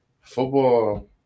Football